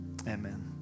Amen